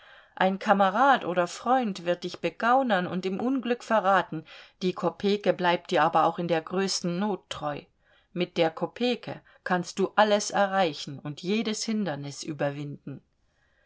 ein kamerad oder freund wird dich begaunern und im unglück verraten die kopeke bleibt dir aber auch in der größten not treu mit der kopeke kannst du alles erreichen und jedes hindernis überwinden